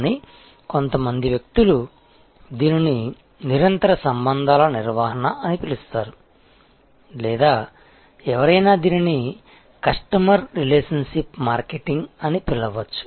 కానీ కొంతమంది వ్యక్తులు దీనిని నిరంతర సంబంధాల నిర్వహణ అని పిలుస్తారు లేదా ఎవరైనా దీనిని కస్టమర్ రిలేషన్షిప్ మార్కెటింగ్ అని పిలవవచ్చు